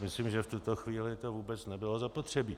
Myslím, že v tuto chvíli to vůbec nebylo zapotřebí.